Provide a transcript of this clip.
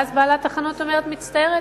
ואז בעלת החנות אומרת: מצטערת,